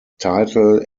title